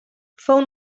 fou